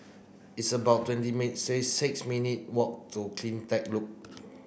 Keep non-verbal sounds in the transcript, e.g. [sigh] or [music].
it's about twenty [unintelligible] six minute walk to CleanTech Loop